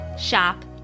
shop